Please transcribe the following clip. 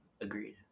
Agreed